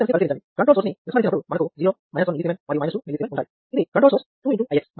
ఇప్పుడు ఇక్కడ కండెక్టన్స్ ని పరిశీలించండి కంట్రోల్ సోర్స్ ని విస్మరించినప్పుడు మనకు 0 1 mS మరియు 2 mS ఉంటాయి